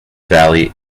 valley